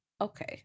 Okay